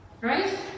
Right